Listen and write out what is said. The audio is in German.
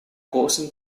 großen